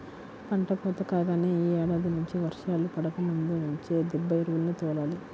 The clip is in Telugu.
పంట కోత కాగానే యీ ఏడాది నుంచి వర్షాలు పడకముందు నుంచే దిబ్బ ఎరువుల్ని తోలాలి